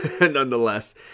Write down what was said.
nonetheless